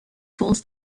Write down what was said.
falls